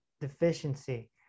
deficiency